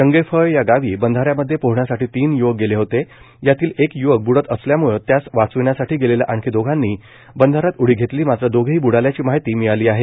चंगेफळ या गावी बंधाऱ्यामध्ये पोहण्यासाठी तीन युवक गेले होते यातील एक यूवक बूडत असल्यामूळे त्यास वाचविण्यासाठी गेलेल्या आणखी दोघांनी बंधाऱ्यात उडी घेतली मात्र दोघेही ब्डाल्याची माहिती मिळाली आहेत